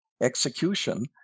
execution